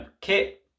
kit